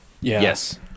Yes